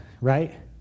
right